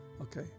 okay